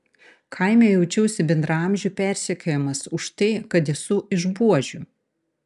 kaime jaučiausi bendraamžių persekiojamas už tai kad esu iš buožių